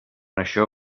això